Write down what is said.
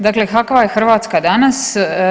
Dakle, kakva je Hrvatska danas?